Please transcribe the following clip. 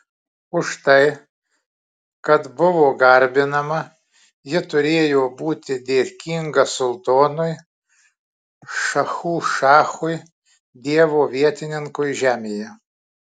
už tai kad buvo garbinama ji turėjo būti dėkinga sultonui šachų šachui dievo vietininkui žemėje